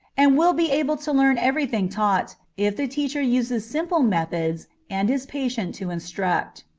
and will be able to learn every thing taught, if the teacher uses simple methods and is patient to instruct.